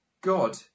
God